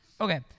Okay